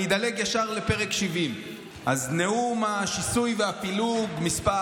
אני אדלג ישר לפרק 70. אז נאום השיסוי והפילוג מס'